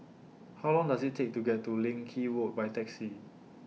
How Long Does IT Take to get to Leng Kee Road By Taxi